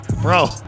Bro